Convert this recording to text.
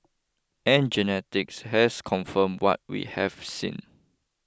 and genetics has confirmed what we have seen